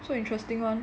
so interesting [one]